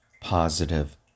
positive